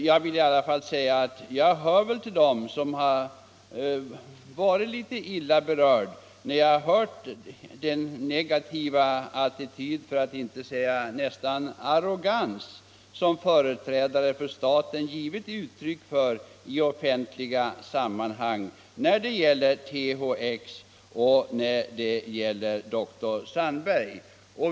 Jag vill i alla fall säga att jag hör till dem som har blivit litet illa berörda när man märkt vilken negativ attityd, för att inte säga arrogans, som företrädare för staten givit uttryck åt i offentliga sammanhang när det gäller THX och dr Sandberg.